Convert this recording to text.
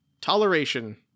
Toleration